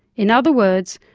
in other words,